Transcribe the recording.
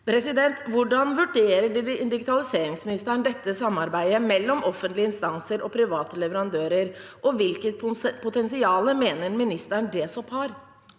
og 11 1543 Hvordan vurderer digitaliseringsministeren dette samarbeidet mellom offentlige instanser og private leverandører, og hvilket potensial mener ministeren at DSOP har?